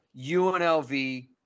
UNLV